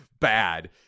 bad